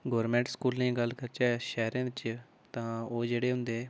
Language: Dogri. गौरमेंट स्कूलें ई गल्ल करचै शैह्रें च तां ओह् जेह्ड़े होंदे